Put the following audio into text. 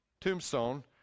tombstone